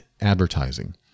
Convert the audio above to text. advertising